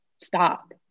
stop